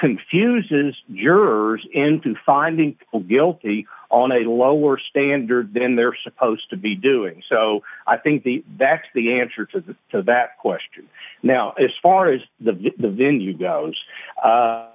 confuses jurors into finding guilty on a lower standard than they're supposed to be doing so i think the that's the answer to that question now as far as the the venue goes